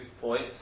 points